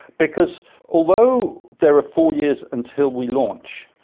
because although there are four years until we launch,